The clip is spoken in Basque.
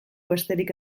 besterik